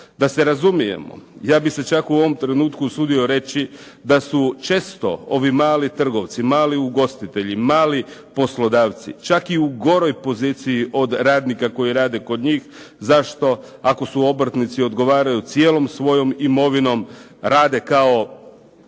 Da se razumijemo, ja bih se čak u ovom trenutku usudio reći da su često ovi mali trgovci, mali ugostitelji, mali poslodavci, čak i u goroj poziciji od radnika koji rade kod njih. Zašto? Ako su obrtnici odgovaraju cijelom svojom imovinom, rade kao